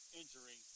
injury